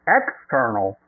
external